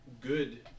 good